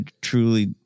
truly